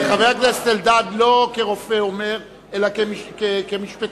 חבר הכנסת אלדד אומר לא כרופא אלא כמשפטן,